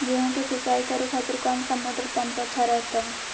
गेहूं के सिंचाई करे खातिर कौन सा मोटर पंप अच्छा रहतय?